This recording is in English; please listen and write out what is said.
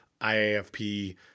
IAFP